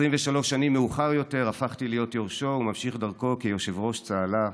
23 שנים מאוחר יותר הפכתי להיות יורשו וממשיך דרכו כיושב-ראש "צהלה",